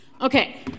Okay